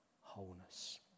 wholeness